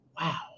Wow